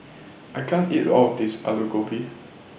I can't eat All of This Alu Gobi